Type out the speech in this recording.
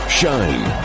shine